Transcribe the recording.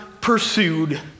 pursued